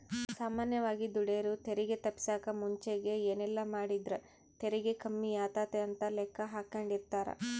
ಸಾಮಾನ್ಯವಾಗಿ ದುಡೆರು ತೆರಿಗೆ ತಪ್ಪಿಸಕ ಮುಂಚೆಗೆ ಏನೆಲ್ಲಾಮಾಡಿದ್ರ ತೆರಿಗೆ ಕಮ್ಮಿಯಾತತೆ ಅಂತ ಲೆಕ್ಕಾಹಾಕೆಂಡಿರ್ತಾರ